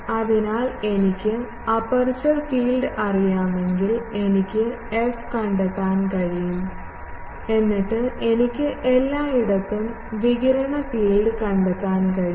അതിനാൽ എനിക്ക് aperture field അറിയാമെങ്കിൽ എനിക്ക് എഫ് കണ്ടെത്താൻ കഴിയും എന്നിട്ട് എനിക്ക് എല്ലായിടത്തും വികിരണ ഫീൽഡ് കണ്ടെത്താൻ കഴിയും